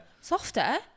softer